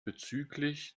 bezüglich